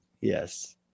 yes